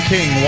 King